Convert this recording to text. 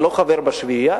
אני לא חבר בשביעייה,